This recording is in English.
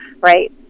right